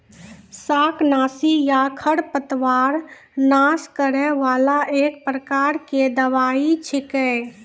शाकनाशी या खरपतवार नाश करै वाला एक प्रकार के दवाई छेकै